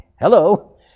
hello